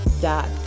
dot